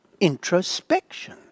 introspection